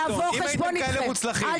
יבוא חשבון איתכם,